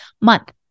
month